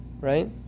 Right